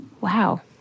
Wow